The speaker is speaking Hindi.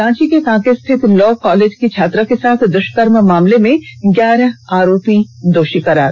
रांची के कांके स्थित लॉ कॉलेज की छात्रा के साथ द्वष्कर्म मामले में ग्यारह आरोपी दोषी करार